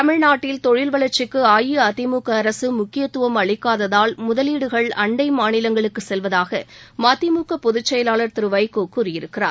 தமிழ்நாட்டில் தொழில் வளர்ச்சிக்கு அஇஅதிமுக அரசு முக்கியத்துவம் அளிக்காததால் முதலீடுகள் அண்டை மாநிலங்களுக்குச் செல்வதாக மதிமுக பொதுச்செயலாளர் திரு வைகோ கூறியிருக்கிறார்